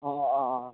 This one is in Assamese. অঁ অঁ অঁ